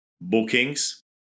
bookings